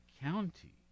county